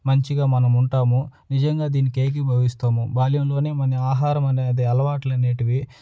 మంచిగా మనము ఉంటాము నిజంగా దీనికి ఏకీభవిస్తాము బాల్యంలోనే మన ఆహారం అనేది అలవాట్లు అనేవి